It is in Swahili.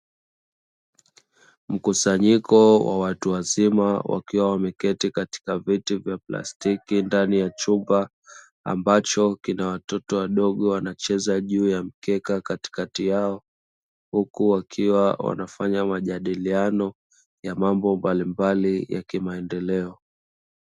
Mkusanyiko wa watu wazima wakiwa wameketi kwenye viti vya plastiki ndani ya chumba ambacho kina watoto wadogo, ambao wanaacheza juu ya mkeka katikati yao wakiwa wanafanya majadiliano ya mambo mbalimbali ya kimaendeleo.